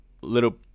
Little